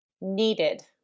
needed